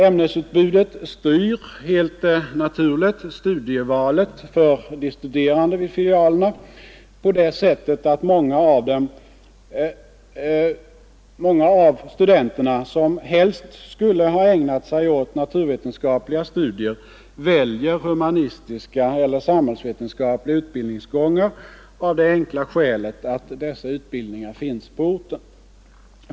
Ämnetsutbudet styr helt naturligt studievalet för de studerande vid filialerna på det sättet att många av studenterna som helst skulle ha ägnat sig åt naturvetenskapliga studier väljer humanistiska eller samhällsvetenskapliga utbildningsgångar av det enkla skälet att dessa utbildningar finns på orten.